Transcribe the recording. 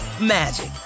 magic